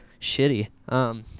shitty